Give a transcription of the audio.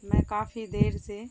میں کافی دیر سے